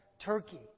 Turkey